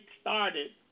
started